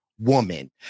woman